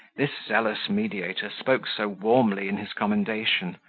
this zealous mediator spoke so warmly in his commendation,